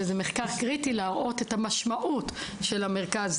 הוא קריטי כדי לראות את המשמעות של המרכז,